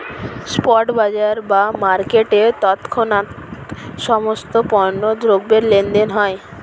spot বাজার বা মার্কেটে তৎক্ষণাৎ সমস্ত পণ্য দ্রব্যের লেনদেন হয়